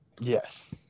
Yes